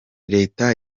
leta